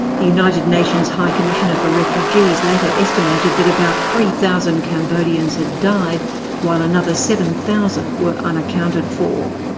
the united nations high commissioner for refugees later estimated that about three thousand cambodians had died while another seven thousand were unaccounted for.